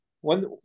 One